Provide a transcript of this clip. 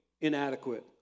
inadequate